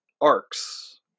arcs